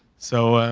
so, um,